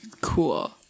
cool